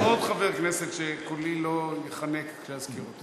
יש עוד חבר כנסת שקולי לא ייחנק כשאזכיר אותו.